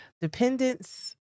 dependence